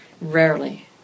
rarely